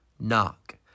knock